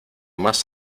más